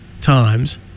times